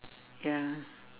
ya